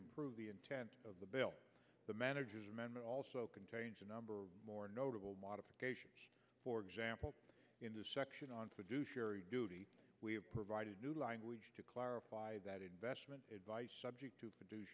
improve the intent of the bill manager's amendment also contains a number of more notable modifications for example in the section on fiduciary duty we have provided new language to clarify that investment advice subject to produce